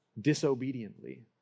disobediently